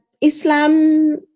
Islam